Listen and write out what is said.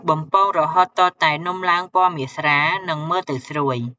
បំពងរហូតទាល់តែនំឡើង ពណ៌មាសស្រាល និងមើលទៅស្រួយ។